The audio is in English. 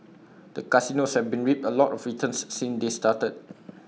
the casinos have reaped A lot of returns since they started